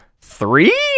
three